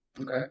okay